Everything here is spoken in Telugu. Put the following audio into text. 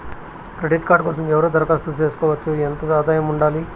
క్రెడిట్ కార్డు కోసం ఎవరు దరఖాస్తు చేసుకోవచ్చు? ఎంత ఆదాయం ఉండాలి?